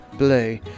blue